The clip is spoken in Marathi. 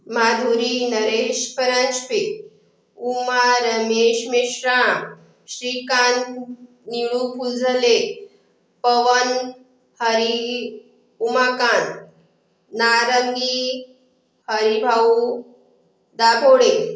माधुरी नरेश परांजपे उमा रमेश मेश्राम श्रीकांत निळू फुलझले पवन हरी उमाकांत नारंगी हरीभाऊ दाथोडे